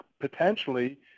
potentially